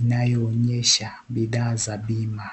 inayoonyesha bidhaa za bima.